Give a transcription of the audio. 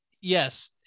yes